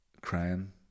crying